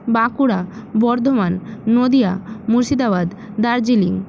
Bankura Bardhaman Nadia Murshidabad Darjeeling